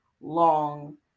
long